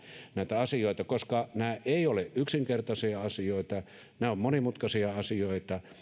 näitä asioita koska nämä eivät ole yksinkertaisia asioita nämä ovat monimutkaisia asioita